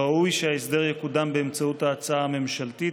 ראוי שההסדר יקודם באמצעות ההצעה הממשלתית.